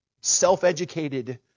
self-educated